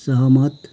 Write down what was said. सहमत